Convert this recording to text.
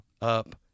up